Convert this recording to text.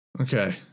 Okay